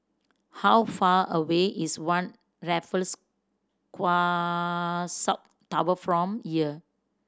how far away is One Raffles South Tower from here